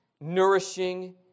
nourishing